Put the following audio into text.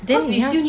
then 你要